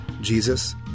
Jesus